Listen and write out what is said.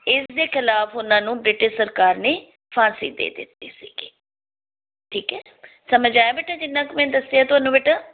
ਇਸਦੇ ਖਿਲਾਫ ਉਹਨਾਂ ਨੂੰ ਬ੍ਰਿਟਿਸ਼ ਸਰਕਾਰ ਨੇ ਫਾਂਸੀ ਦੇ ਦਿੱਤੀ ਸੀਗੀ ਠੀਕ ਆ ਸਮਝ ਆਇਆ ਬੇਟੇ ਜਿੰਨਾ ਕੁ ਮੈਂ ਦੱਸਿਆ ਤੁਹਾਨੂੰ ਬੇਟਾ